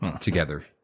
together